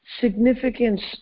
significance